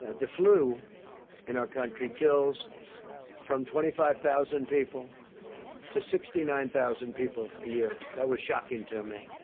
the flu in our country kills from twenty five thousand people to sixty nine thousand people a year. that was shocking to me.